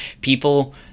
people